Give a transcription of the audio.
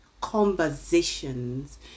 conversations